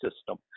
system